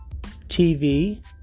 TV